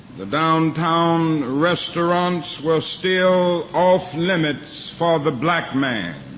the downtown restaurants were still off-limits for the black man.